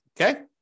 Okay